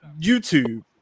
YouTube